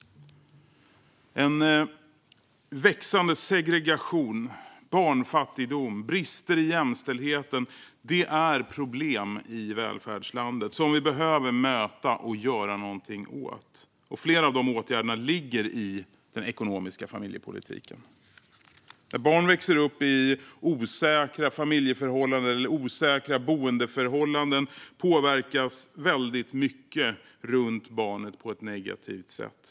Växande segregation, barnfattigdom, brister i jämställdheten - det är problem i välfärdslandet som vi behöver möta och göra någonting åt. Flera av de åtgärderna ligger i den ekonomiska familjepolitiken. När barn växer upp i osäkra familjeförhållanden eller osäkra boendeförhållanden påverkas väldigt mycket runt barnet på ett negativt sätt.